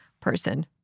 person